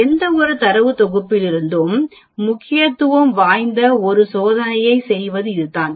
எந்தவொரு தரவுத் தொகுப்பிற்கும் முக்கியத்துவம் வாய்ந்த ஒரு சோதனையைச் செய்வது இதுதான்